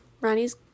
Ronnie's